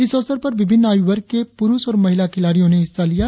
इस अवसर पर विभिन्न आयुवर्ग के पुरुष और महिला खिलाड़ियों ने हिस्सा लिया